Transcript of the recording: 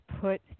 put